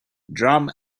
drum